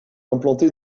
implanté